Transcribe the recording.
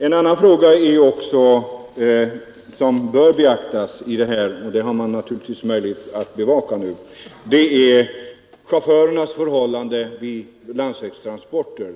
En annan fråga som bör bevakas är förhållandena vid landsvägstransporter.